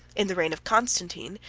in the reign of constantine,